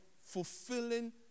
fulfilling